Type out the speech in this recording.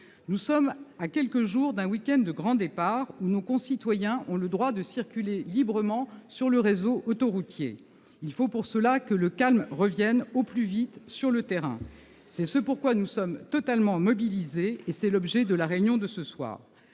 Nous sommes à quelques jours d'un week-end de grand départ, et nos concitoyens ont le droit de circuler librement sur le réseau autoroutier. Pour ce faire, il faut que le calme revienne au plus vite sur le terrain. C'est ce pour quoi nous sommes totalement mobilisés, et c'est l'objet de la réunion de ce soir.